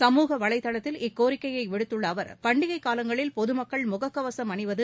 சமூக வலைதளத்தில் இக்கோரிக்கையைவிடுத்துள்ளஅவர் பண்டிகைகாலங்களில் பொதுமக்கள் முகக்கவசம் அணிவது